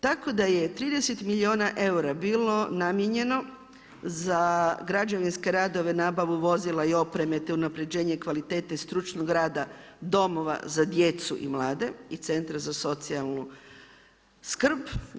Tako da je 30 milijuna eura bilo namijenjeno za građevinske radove, nabavu vozila i opreme, te unapređenje kvalitete stručnog rada domova za djecu i mlade i Centra za socijalnu skrb.